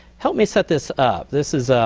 help me set this up. this is